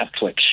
Netflix